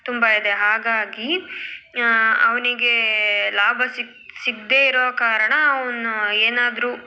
ತುಂಬ ಇದೆ ಹಾಗಾಗಿ ಅವನಿಗೆ ಲಾಭ ಸಿಕ್ಕು ಸಿಕ್ಕದೆ ಇರೋ ಕಾರಣ ಅವನು ಏನಾದರೂ